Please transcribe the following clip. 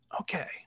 Okay